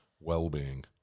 well-being